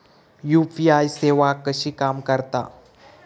UPI सेवा कशी काम करता?